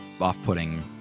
off-putting